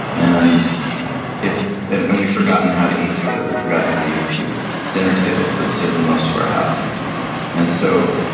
and and and we've forgotten how to eat together. we've forgotten how to use these dinner tables that sit in most of our houses and so,